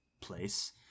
place